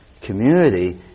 community